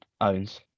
owns